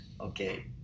okay